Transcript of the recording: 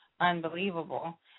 unbelievable